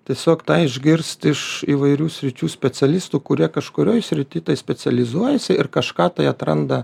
tiesiog tą išgirsti iš įvairių sričių specialistų kurie kažkurioj srity specializuojasi ir kažką tai atranda